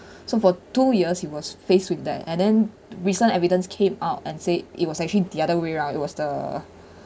so for two years he was faced with that and then recent evidence came out and said it was actually the other way round it was the